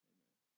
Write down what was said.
Amen